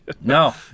No